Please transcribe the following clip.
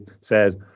says